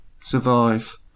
survive